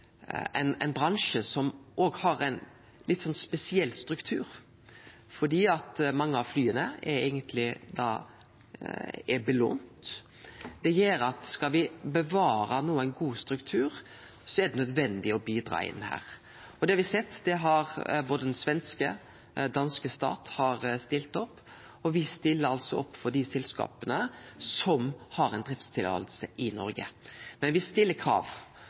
ein bransje som òg har ein litt spesiell struktur, fordi mange av flya eigentleg er lånbundne. Det gjer at skal me no bevare ein god struktur, er det nødvendig å bidra inn her. Me har sett at både den svenske og den danske staten har stilt opp, og me stiller altså opp for dei selskapa som har ei driftstillating i Noreg. Men me stiller krav,